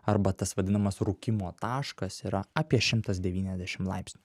arba tas vadinamas rūkymo taškas yra apie šimtas devyniasdešim laipsnių